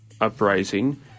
uprising